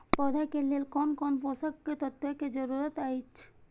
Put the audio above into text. पौधा के लेल कोन कोन पोषक तत्व के जरूरत अइछ?